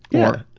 yeah!